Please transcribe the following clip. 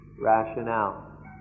rationale